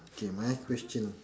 K my question